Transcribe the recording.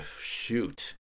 Shoot